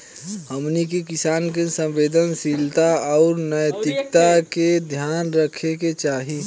हमनी के किसान के संवेदनशीलता आउर नैतिकता के ध्यान रखे के चाही